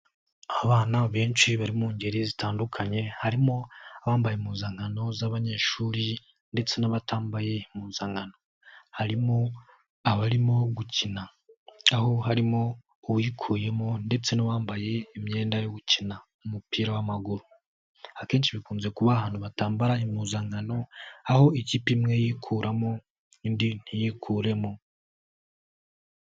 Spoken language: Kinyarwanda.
Abana benshi bari mu ngeri zitandukanye, harimo abambaye impuzankano z'abanyeshuri, ndetse n'abatambaye impuzankano, harimo abarimo gukina, aho harimo uwiyikuyemo, ndetse n'uwambaye imyenda yo gukina umupira w'amaguru. Akenshi bikunze kuba ahantu batambara impuzankano, aho ikipe imwe yikuramo, indi ntiyikuremo.